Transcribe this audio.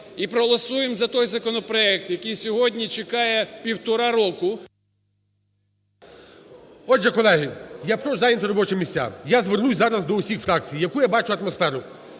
і проголосуємо за той законопроект, який сьогодні чекає півтора року… ГОЛОВУЮЧИЙ. Отже, колеги, я прошу зайняти робочі місця. Я звернусь зараз до всіх фракцій, яку я бачу атмосферу.